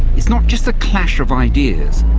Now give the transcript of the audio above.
it's not just the clash of ideas,